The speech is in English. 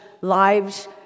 lives